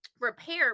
repair